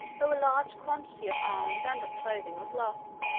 though a large quantity of arms and of clothing was lost.